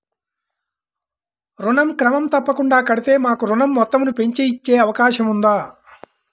ఋణం క్రమం తప్పకుండా కడితే మాకు ఋణం మొత్తంను పెంచి ఇచ్చే అవకాశం ఉందా?